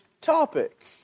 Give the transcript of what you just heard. topic